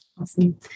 Awesome